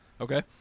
Okay